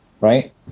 right